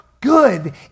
good